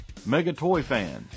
Megatoyfan